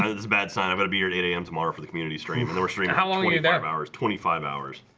and this bad sign, i'm gonna be your date a m. tomorrow for the community stream in or serena how long we um hours twenty five hours